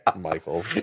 Michael